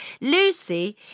Lucy